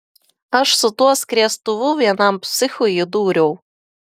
aš su tuo skriestuvu vienam psichui įdūriau